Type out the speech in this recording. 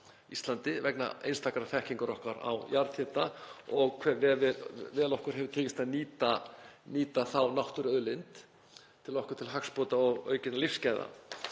Íslandi vegna einstakrar þekkingar okkar á jarðhita og hversu vel okkur hefur tekist að nýta þá náttúruauðlind okkur til hagsbóta og aukinna lífsgæða.